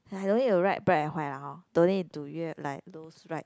don't need to write right black and white la hor don't need to like those write